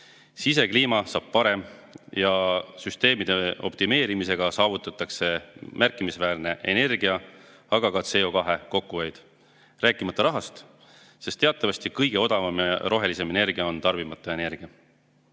sisekliima saab parem ja süsteemide optimeerimisega saavutatakse märkimisväärne energia, aga ka CO2kokkuhoid. Rääkimata rahast, sest teatavasti kõige odavam ja rohelisem energia on tarbimata energia. Nutika